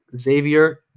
Xavier